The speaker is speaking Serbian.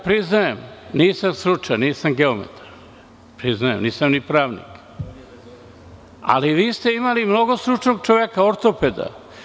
Priznajem, nisam stručan, nisam geometar, nisam ni pravnik, ali vi ste imali mnogo stručnog čoveka, ortopeda.